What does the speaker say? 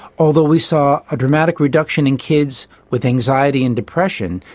although we saw a dramatic reduction in kids with anxiety and depression,